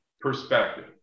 perspective